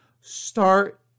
start